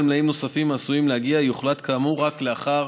המלאים הנוספים שעשויים להגיע יוחלט כאמור לאחר